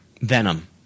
venom